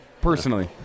personally